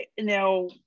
now